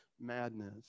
madness